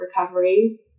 recovery